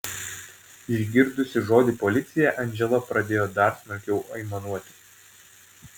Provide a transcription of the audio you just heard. išgirdusi žodį policija andžela pradėjo dar smarkiau aimanuoti